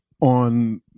on